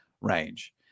range